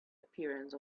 appearance